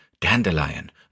dandelion